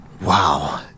Wow